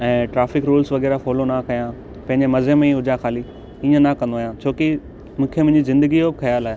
ऐं traffic rules वगै़रह follow न कया पंहिंजे मजे में ई हुजा ख़ाली ईअं न कंदो आहियां छो की मूंखे मुंहिंजी ज़िंदगी जो ख्यालु आहे